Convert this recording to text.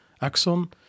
axon